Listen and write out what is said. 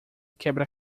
quebra